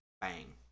Bang